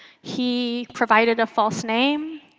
he provided a false name.